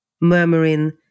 murmuring